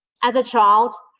as a child,